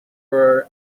were